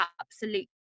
absolute